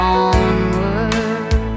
onward